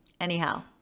Anyhow